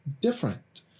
different